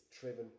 driven